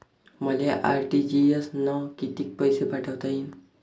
मले आर.टी.जी.एस न कितीक पैसे पाठवता येईन?